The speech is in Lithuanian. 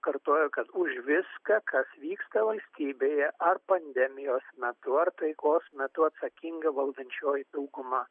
kartoju kad už viską kas vyksta valstybėje ar pandemijos metu ar taikos metu atsakinga valdančioji dauguma